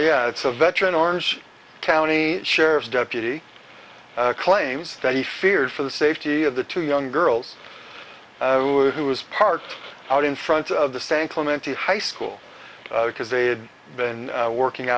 yeah it's a veteran orange county sheriff's deputy claims that he feared for the safety of the two young girls who was parked out in front of the same clemente high school because they had been working